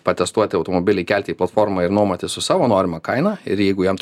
patestuoti automobilį įkelti į platformą ir nuomotis su savo norima kainą ir jeigu jam